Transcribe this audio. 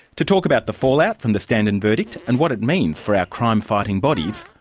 to talk about the fallout from the standen verdict and what it means for our crime-fighting bodies,